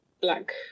Black